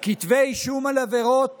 כתבי אישום על עבירות